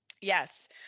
Yes